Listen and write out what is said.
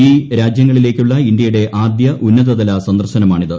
ഈ രാജ്യങ്ങളിലേക്കുമുള്ള ഇന്ത്യയുടെ ആദ്യ ഉന്നതതല സന്ദർശനമാണിത്